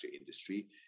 industry